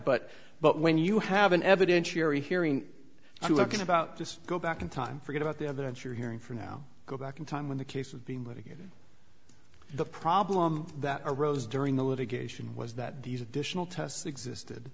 but but when you have an evidentiary hearing if you look at about just go back in time forget about the evidence you're hearing for now go back in time when the case of being but again the problem that arose during the litigation was that these additional tests existed